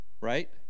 Right